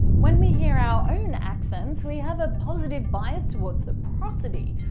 when we hear our own accents we have a positive-bias towards the prosody,